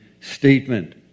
statement